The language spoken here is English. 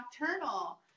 nocturnal